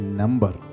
number